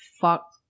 fuck